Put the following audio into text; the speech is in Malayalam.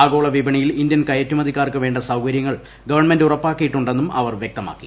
ആഗോള വിപണിയിൽ ഇന്ത്യൻ കയറ്റുമതിക്കാർക്ക് വേണ്ട സൌകര്യങ്ങൾ ഗവൺമെന്റ് ഉറപ്പാക്കിയിട്ടുണ്ടെന്നും അവർ വൃക്തമാക്കി